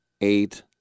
eight